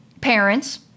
parents